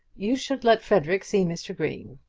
you should let frederic see mr. green.